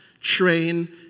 train